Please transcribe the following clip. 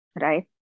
right